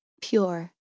pure